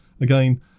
Again